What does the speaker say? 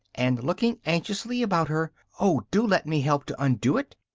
and looking anxiously about her, oh, do let me help to undo it!